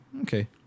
Okay